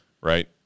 right